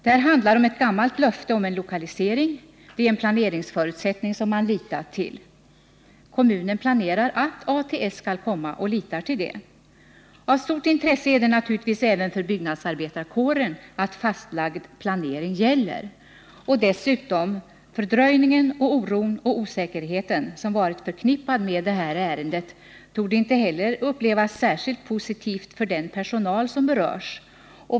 Det handlar om ett gammalt löfte om en lokalisering. Det är en planeringsförutsättning som man litat till. Kommunen planerar att ATS skall komma och litar till det. Av stort intresse är det naturligtvis även för byggnadsarbetarkåren att fastlagd planering gäller. Dessutom: fördröjningen och oron och osäkerheten som varit förknippade med det här ärendet torde inte heller upplevas som någonting särskilt positivt av den personal som berörs.